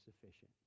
sufficient